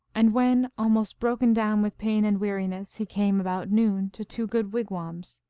and when almost broken down with pain and weariness, he came about noon to two good wigwams.